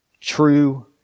true